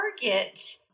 target